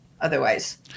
otherwise